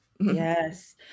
Yes